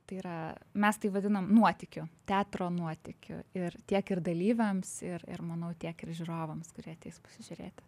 tai yra mes tai vadinam nuotykiu teatro nuotykiu ir tiek ir dalyviams ir ir manau tiek ir žiūrovams kurie ateis pasižiūrėti